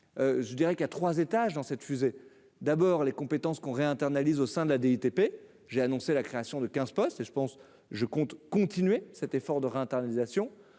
je dirais qu'il y a 3 étages dans cette fusée d'abord les compétences qu'on réinternalisation de la DTP j'ai annoncé la création de 15 postes, je pense, je compte continuer cet effort de réinternalisation